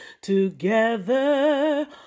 together